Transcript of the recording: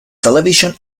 television